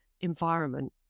environment